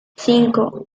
cinco